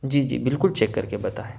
جی جی بالکل چیک کر کے بتائیں